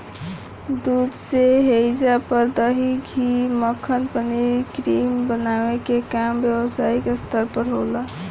दूध से ऐइजा पर दही, घीव, मक्खन, पनीर, क्रीम बनावे के काम व्यवसायिक स्तर पर होला